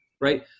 right